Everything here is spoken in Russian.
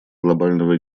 глобального